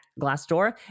Glassdoor